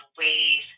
ways